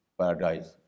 paradise